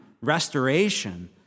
restoration